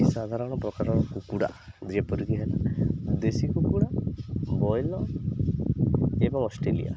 ଏ ସାଧାରଣ ପ୍ରକାରର କୁକୁଡ଼ା ଯେପରିକି ହେଲା ଦେଶୀ କୁକୁଡ଼ା ବ୍ରଏଲର୍ ଏବଂ ଅଷ୍ଟ୍ରେଲିଆ